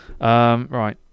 right